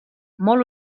molt